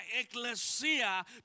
Ecclesia